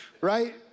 right